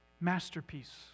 Masterpiece